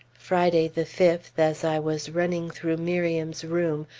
friday the fifth, as i was running through miriam's room,